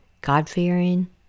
God-fearing